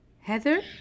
Heather